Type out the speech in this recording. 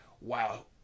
Wow